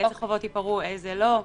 אילו חובות ייפרעו ואילו לא?